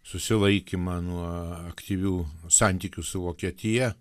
susilaikymą nuo aktyvių santykių su vokietija